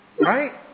Right